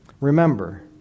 Remember